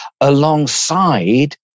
alongside